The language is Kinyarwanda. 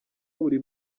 buri